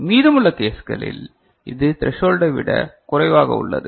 மீதமுள்ள கேஸ்களில் இது த்ரசோல்டை விட குறைவாக உள்ளது